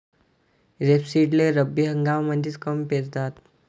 रेपसीडले रब्बी हंगामामंदीच काऊन पेरतात?